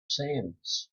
sands